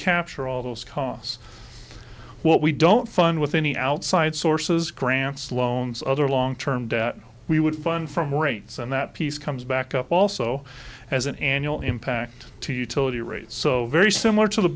capture all those costs what we don't fund with any outside sources grants loans other long term debt we would fund from rates and that piece comes back up also as an annual impact to utility rates so very similar to the